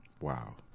Wow